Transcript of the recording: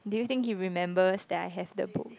do you think he remembers that I have the book